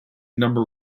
number